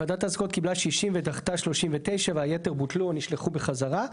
ועדת הזכויות קיבלה 60 ודחתה 39 והיתר בוטלו או נשלחו בחזרה.